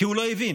כי הוא לא הבין.